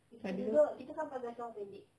abeh tu